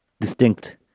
distinct